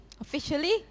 officially